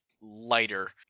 lighter